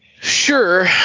Sure